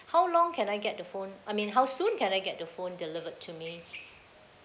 how long can I get the phone I mean how soon can I get the phone delivered to me